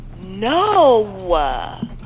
No